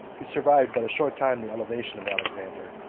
who survived but a short time the elevation of alexander,